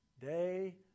day